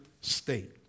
state